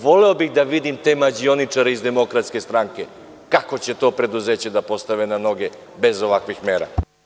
Voleo bih da vidim te mađioničare iz DS kako će to preduzeće da postave na noge bez ovakvih mera.